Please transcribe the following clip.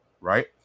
right